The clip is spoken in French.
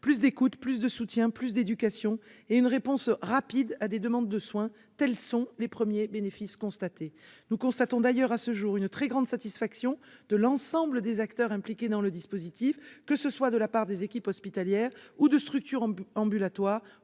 Plus d'écoute, plus de soutien, plus d'éducation et une réponse rapide à des demandes de soins, tels sont les premiers bénéfices constatés. Nous notons d'ailleurs à ce jour une très grande satisfaction de l'ensemble des acteurs impliqués dans le dispositif, qu'il s'agisse des équipes hospitalières, des structures ambulatoires